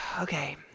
Okay